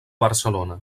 barcelona